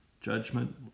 judgment